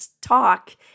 talk